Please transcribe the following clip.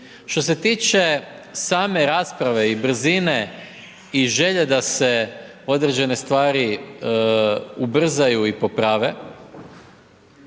Što se tiče same rasprave i brzine i želje da se određene stvari ubrzaju i poprave,